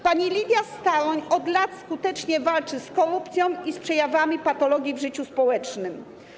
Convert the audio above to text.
Pani Lidia Staroń od lat skutecznie walczy z korupcją i z przejawami patologii w życiu społecznym.